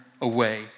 away